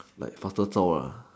like faster zao lah